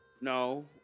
No